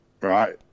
Right